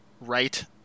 right